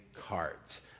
cards